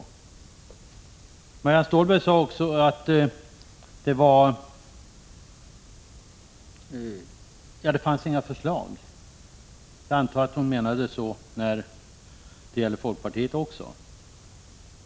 Vidare sade Marianne Stålberg att det inte fanns några förslag. Jag antar att hon avsåg folkpartiet också.